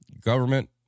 government